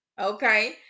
okay